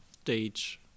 stage